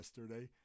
yesterday